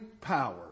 power